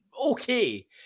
okay